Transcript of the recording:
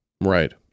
right